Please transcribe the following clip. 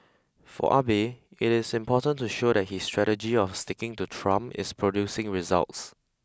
for Abe it is important to show that his strategy of sticking to Trump is producing results